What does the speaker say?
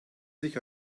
sich